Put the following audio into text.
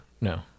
No